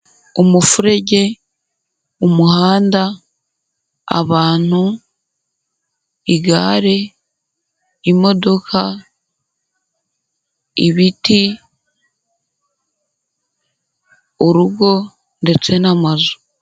Umufurege, umuhanda, abantu, igare, imodoka, ibiti, urugo ndetse n'amazu.